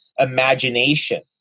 imagination